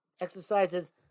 exercises